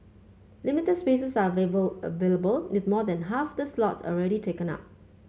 limited spaces are available with more than half of the slots already taken up